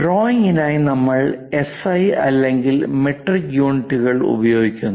ഡ്രോയിംഗിനായി നമ്മൾ എസ്ഐ അല്ലെങ്കിൽ മെട്രിക് യൂണിറ്റുകൾ ഉപയോഗിക്കുന്നു